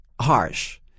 harsh